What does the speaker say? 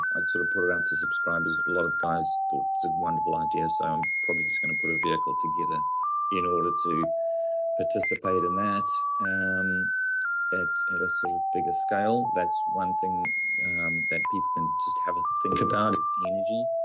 i'd sort of put it out to subscribers, a lot of guys thought it's a wonderful idea, so i'm probably just going to put a vehicle together in order to participate in that and um at at a sort of bigger scale. that's one thing that people can just have a think about is energy.